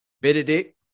Benedict